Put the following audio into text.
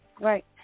Right